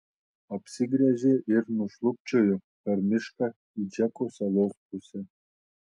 apsigręžė ir nušlubčiojo per mišką į džeko salos pusę